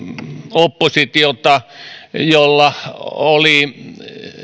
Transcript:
oppositiota jolla oli